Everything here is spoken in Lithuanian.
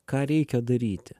ką reikia daryti